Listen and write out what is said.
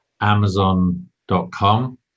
Amazon.com